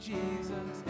Jesus